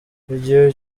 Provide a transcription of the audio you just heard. igihe